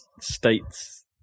states